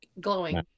glowing